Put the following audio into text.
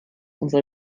unser